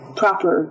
proper